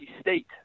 State